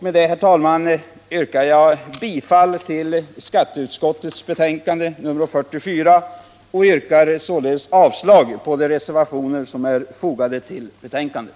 Med detta yrkar jag, herr talman, bifall till hemställan i skatteutskottets betänkande nr 44 och yrkar således avslag på de reservationer som är fogade till betänkandet.